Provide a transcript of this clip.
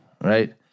right